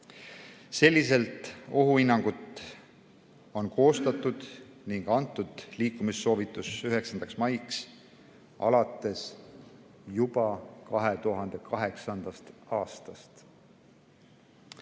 Selliselt on ohuhinnangut koostatud ning antud liikumissoovitus 9. maiks alates juba 2008. aastast.